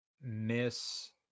miss